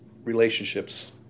relationships